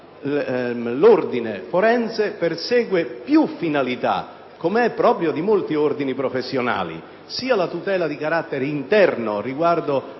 L'Ordine forense persegue più finalità, come è proprio di molti ordini professionali: sia la tutela di carattere interno riguardo